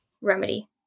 Remedy